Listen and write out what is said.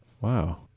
Wow